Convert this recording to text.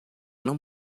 não